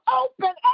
open